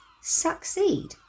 Succeed